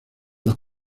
las